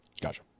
Gotcha